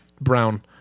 brown